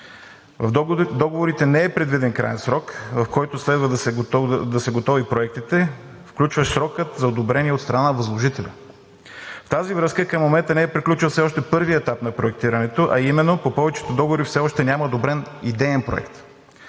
В договорите не е предвиден краен срок, в който следва да са готови проектите, включващ срока за одобрение от страна на възложителя. В тази връзка към момента все не е приключил още първият етап на проектирането, а именно по повечето договори все още няма одобрен идеен проект.